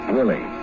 Willie